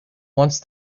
once